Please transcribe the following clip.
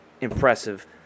impressive